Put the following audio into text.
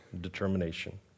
determination